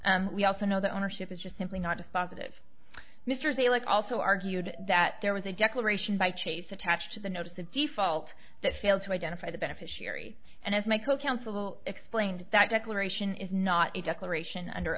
we also know that ownership is just simply not dispositive mr zale it also argued that there was a declaration by chase attached to the notice of default that failed to identify the beneficiary and as my co counsel explained that declaration is not a declaration under